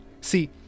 See